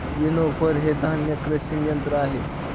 winnower हे धान्य crushing यंत्र आहे